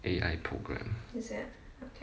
A_I programme